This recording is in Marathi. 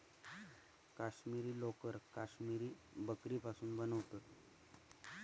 काश्मिरी लोकर काश्मिरी बकरीपासुन मिळवतत